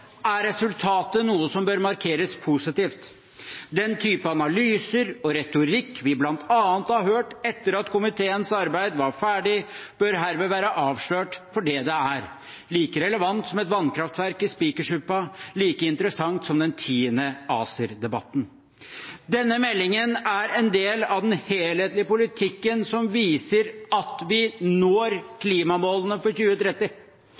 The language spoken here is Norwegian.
er resultatet noe som bør markeres positivt. Den type analyser og retorikk vi bl.a. har hørt etter at komiteens arbeid var ferdig, bør herved være avslørt for det det er: like relevant som et vannkraftverk i Spikersuppa, like interessant som den tiende ACER-debatten. Denne meldingen er en del av den helhetlige politikken som viser at vi når klimamålene for 2030.